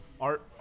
Art